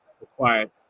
required